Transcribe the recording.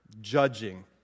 judging